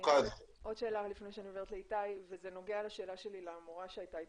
נוספת שנוגעת לשאלה שהייתה לי למיכל על